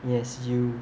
yes you